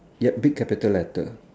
yup big capital letter